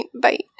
Bye